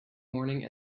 morning